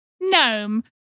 Gnome